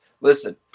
listen